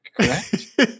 correct